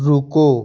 रुको